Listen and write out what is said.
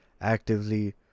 actively